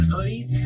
Hoodies